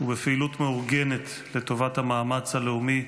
ובפעילות מאורגנת לטובת המאמץ הלאומי.